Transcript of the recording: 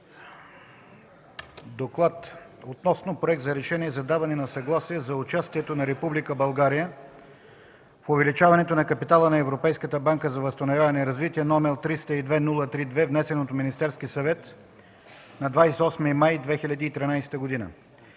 „ДОКЛАД относно проект за Решение за даване на съгласие за участието на Република България в увеличаването на капитала на Европейската банка за възстановяване и развитие, № 302-03-2, внесен от Министерския съвет на 28 май 2013 г.